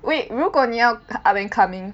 wait 如果你要 up and coming